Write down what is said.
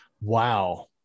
wow